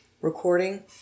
Recording